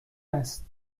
است